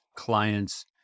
Clients